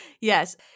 Yes